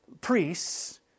priests